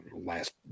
last